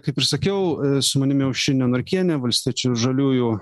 kaip ir sakiau su manimi aušrinė norkienė valstiečių ir žaliųjų